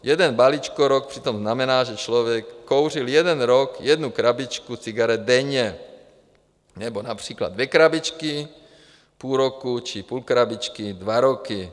Jeden balíčkorok přitom znamená, že člověk kouřil jeden rok jednu krabičku cigaret denně, nebo například dvě krabičky půl roku, či půl krabičky dva roky.